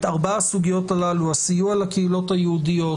את ארבע הסוגיות הללו: הסיוע לקהילות היהודיות,